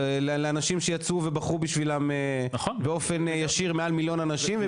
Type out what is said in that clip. לאנשים שיצאו ובחרו בשבילם באופן ישיר מעל מיליון אנשים,